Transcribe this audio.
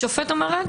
השופט אומר: